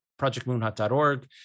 projectmoonhot.org